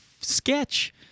sketch